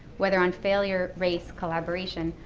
whether on failure, race, collaboration,